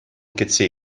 кӗтсе